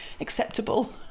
acceptable